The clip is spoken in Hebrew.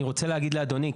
אני רוצה להגיד לאדוני,